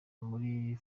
muri